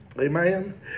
Amen